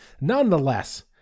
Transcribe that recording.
nonetheless